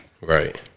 Right